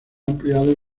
ampliado